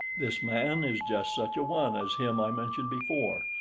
this man is just such a one as him i mentioned before,